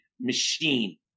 machine